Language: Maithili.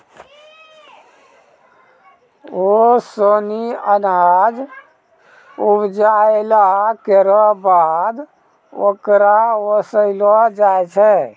ओसौनी अनाज उपजाइला केरो बाद ओकरा ओसैलो जाय छै